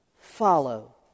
follow